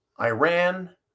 Iran